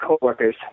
coworkers